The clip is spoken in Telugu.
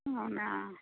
అవునా